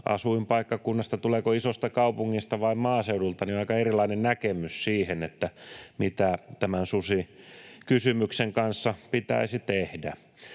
asuinpaikkakunnasta — tuleeko isosta kaupungista vai maaseudulta — on aika erilainen näkemys siitä, mitä tämän susikysymyksen kanssa pitäisi tehdä.